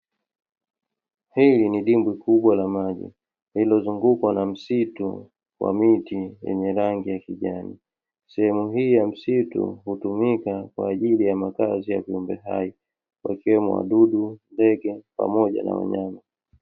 Hili ni dimbwi kubwa la maji, lililozungukwa na msitu wa miti yenye rangi ya kijani, sehemu hii ya msitu hutumika kwa ajili ya makazi ya viumbe hai wakiwemo wadudu, ndege, pamoja na wanyama.